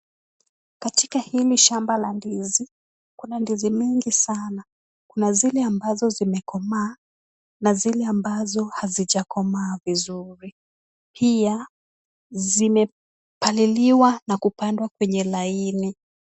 Katika hili shamba la ndizi kuna ndizi mingi sana ,kuna zile ambazo zimekomaa na zile ambazo hazijakomaa vizuri ,pia zimepaliliwa na zimepangwa kwenye laini.